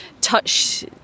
touch